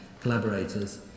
collaborators